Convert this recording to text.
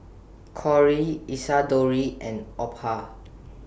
Cory Isadore and Opha